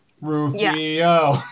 rufio